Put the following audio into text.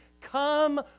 Come